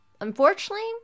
Unfortunately